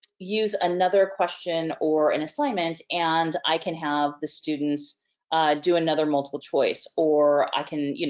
use another question or an assignment, and i can have the students do another multiple choice. or, i can,